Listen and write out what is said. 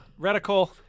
reticle